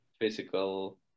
physical